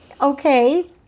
okay